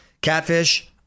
Catfish